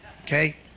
okay